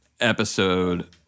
episode